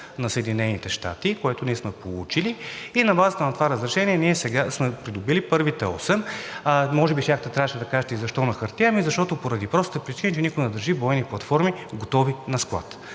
на Съединените щати, което ние сме получили, и на базата на това разрешение ние сме придобили първите осем. Може би трябваше да кажете и защо на хартия? Ами поради простата причина, че никой не държи бойни платформи готови на склад,